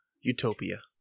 Utopia